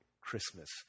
Christmas